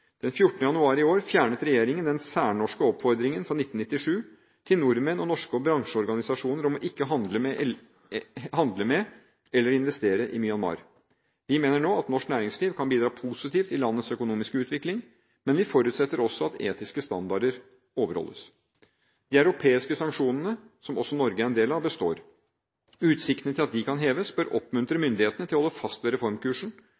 januar i år fjernet regjeringen den særnorske oppfordringen fra 1997 til nordmenn og norske bransjeorganisasjoner om ikke å handle med eller investere i Myanmar. Vi mener nå at norsk næringsliv kan bidra positivt i landets økonomiske utvikling, men vi forutsetter også at etiske standarder overholdes. De europeiske sanksjonene, som også Norge er en del av, består. Utsiktene til at de kan heves, bør oppmuntre myndighetene til å holde fast ved reformkursen,